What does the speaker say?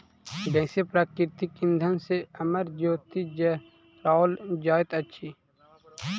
गैसीय प्राकृतिक इंधन सॅ अमर ज्योति जराओल जाइत अछि